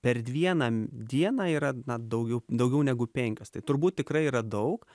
per vieną dieną yra na daugiau daugiau negu penkios tai turbūt tikrai yra daug